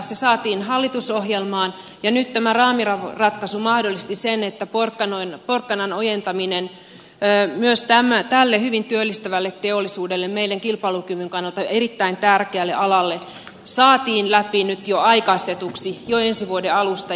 se saatiin hallitusohjelmaan ja nyt tämä raamiratkaisu mahdollisti sen että porkkanan ojentaminen myös tälle hyvin työllistävälle teollisuudelle meidän kilpailukykymme kannalta erittäin tärkeälle alalle saatiin läpi nyt jo aikaistetuksi jo ensi vuoden alusta